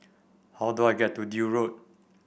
how do I get to Deal Road